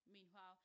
Meanwhile